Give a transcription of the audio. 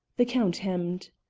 the count hemmed.